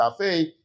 Cafe